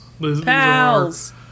Pals